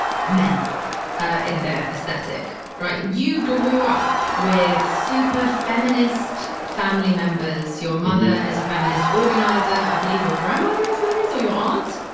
men ah in their aesthetic, right? you grew up with super feminist family members. your mother is a feminist organizer. i believe your grandmother is one or your aunt?